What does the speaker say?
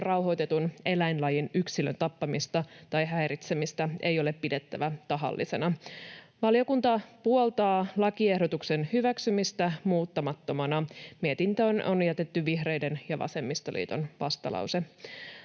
rauhoitetun eläinlajin yksilön tappamista tai häiritsemistä ei ole pidettävä tahallisena. Valiokunta puoltaa lakiehdotuksen hyväksymistä muuttamattomana. Mietintöön on jätetty vihreiden ja vasemmistoliiton vastalause.